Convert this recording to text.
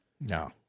No